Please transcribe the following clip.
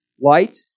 light